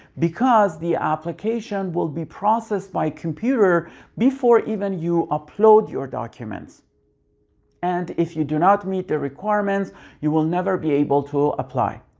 because the application will be processed by computer before even you upload your documents and if you do not meet the requirements you will never be able to apply.